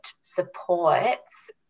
supports